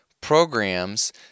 programs